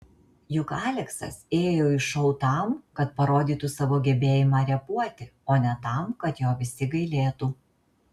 juk aleksas ėjo į šou tam kad parodytų savo gebėjimą repuoti o ne tam kad jo visi gailėtų